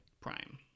prime